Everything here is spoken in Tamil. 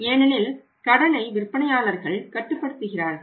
ஏனெனில் கடனை விற்பனையாளர்கள் கட்டுப்படுத்துகிறார்கள்